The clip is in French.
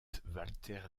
walter